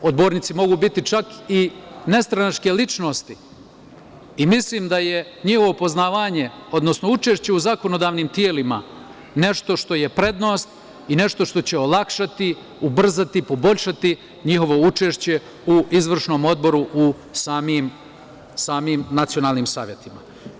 Odbornici mogu biti čak i nestranačke ličnosti i mislim da je njihovo poznavanje, odnosno učešće u zakonodavnim telima nešto što je prednost i nešto što će olakšati, ubrzati, poboljšati njihovo učešće u izvršnom odboru u samim nacionalnim savetima.